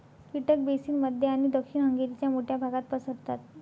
कीटक बेसिन मध्य आणि दक्षिण हंगेरीच्या मोठ्या भागात पसरतात